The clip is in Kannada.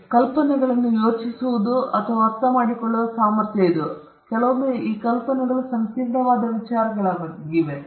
ಆದ್ದರಿಂದ ಕಲ್ಪನೆಗಳನ್ನು ಯೋಚಿಸುವುದು ಮತ್ತು ಅರ್ಥಮಾಡಿಕೊಳ್ಳುವ ಸಾಮರ್ಥ್ಯ ಇದು ಕೆಲವೊಮ್ಮೆ ಆ ಕಲ್ಪನೆಗಳು ಸಂಕೀರ್ಣವಾದ ವಿಚಾರಗಳಾಗಿವೆ